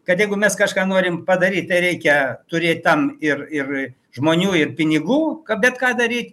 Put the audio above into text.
kad jeigu mes kažką norim padaryt tai reikia turėt tam ir ir žmonių ir pinigų bet ką daryt